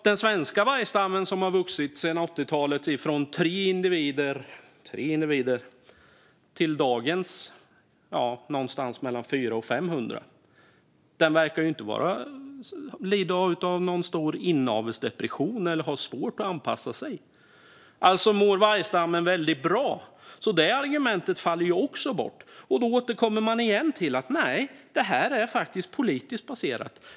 Den svenska vargstammen, som sedan 80-talet har vuxit från 3 individer till dagens någonstans mellan 400 och 500, verkar inte lida av någon stor inavelsdepression eller ha svårt att anpassa sig. Alltså mår vargstammen väldigt bra. Det argumentet faller därmed också bort. Då återkommer man igen till att detta faktiskt är politiskt baserat.